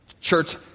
Church